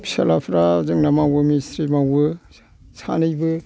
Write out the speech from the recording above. फिसालाफ्रा जोंना मावो मिसथ्रि मावो सानैबो